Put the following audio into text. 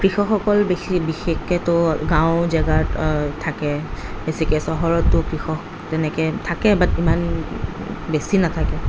কৃষকসকল বিশেষকৈ তো গাঁও জেগাত থাকে বেছিকৈ চহৰতো কৃষক তেনেকৈ থাকে বাট সিমান বেছি নাথাকে